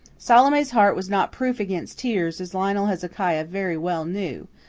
salome's heart was not proof against tears, as lionel hezekiah very well knew.